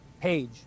Page